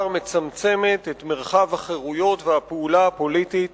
מצמצמת את מרחב החירויות והפעולה הפוליטית